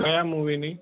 કયા મૂવીની